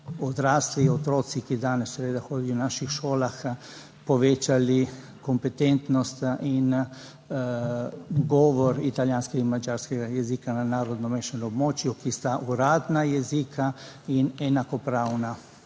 odrasli otroci, ki danes seveda hodijo po naših šolah, povečali kompetentnost in govor italijanskega in madžarskega jezika na narodno mešanem območju, ki sta uradna jezika in enakopravna